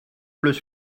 plus